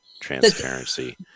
transparency